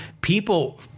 People